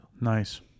Nice